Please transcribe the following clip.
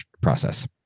process